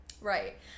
Right